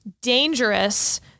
dangerous